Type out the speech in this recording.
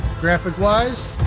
graphic-wise